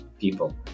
people